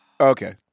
Okay